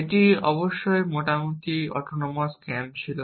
এটি অবশ্যই মোটামুটি অটোনোমাস ক্যাম ছিল